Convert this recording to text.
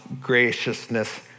graciousness